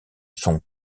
son